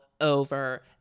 Over